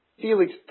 Felix